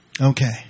Okay